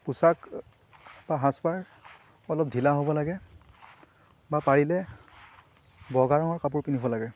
পোছাক বা সাজপাৰ অলপ ঢিলা হ'ব লাগে বা পাৰিলে বগা ৰঙৰ কাপোৰ পিন্ধিব লাগে